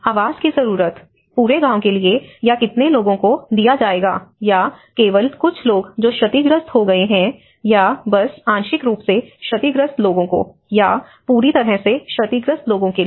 आवास की जरूरत पूरे गाँव के लिए या कितने लोगों को दिया जाएगा या केवल कुछ लोग जो क्षतिग्रस्त हो गए हैं या बस आंशिक रूप से क्षतिग्रस्त लोग या पूरी तरह से क्षतिग्रस्त लोगों के लिए